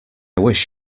wish